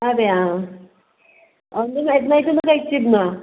അതെയാ അതിൻ്റെ മരുന്ന് ആയിട്ട് എന്തെങ്കിലും കഴിച്ചിരുന്നോ